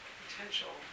potential